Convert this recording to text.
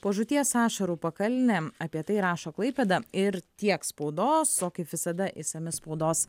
po žūties ašarų pakalnė apie tai rašo klaipėda ir tiek spaudos o kaip visada išsami spaudos